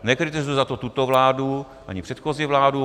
Nekritizuji za to tuto vládu ani předchozí vládu.